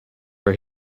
were